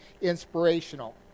inspirational